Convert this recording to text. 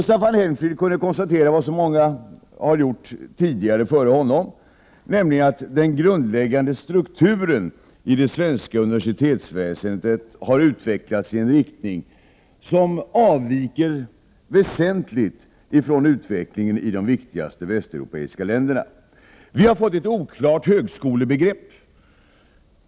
Staffan Helmfrid kunde konstatera vad så många har gjort före honom, nämligen att den grundläggande strukturen i det svenska universitetsväsendet har utvecklats i en riktning som väsentligt avviker från utvecklingen i de viktigaste västeuropeiska länderna. Vi har fått ett oklart högskolebegrepp.